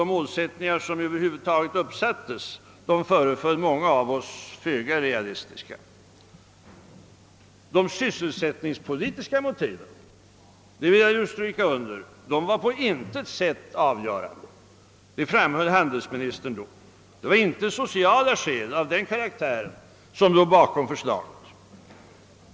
De målsättningar som över huvud taget uppställdes föreföll många av oss föga realistiska. De sysselsättningspolitiska motiven — detta vill jag understryka — var på intet sätt avgörande. Detta framhöll handelsministern. Det var inte sociala skäl av den karaktären som låg bakom förslaget.